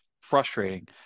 frustrating